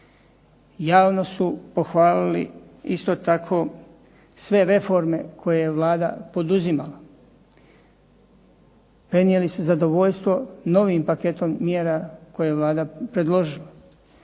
Javno su pohvalili isto tako sve reforme koje je Vlada poduzimala. Prenijeli su zadovoljstvo novim paketom mjera koje je Vlada predložila.